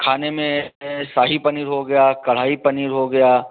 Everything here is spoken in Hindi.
खाने में शाही पनीर हो गया कड़ाई पनीर हो गया